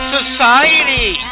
Society